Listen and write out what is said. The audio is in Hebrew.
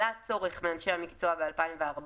עלה צורך מאנשי המקצוע ב-2014,